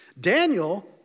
Daniel